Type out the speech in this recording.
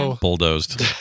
bulldozed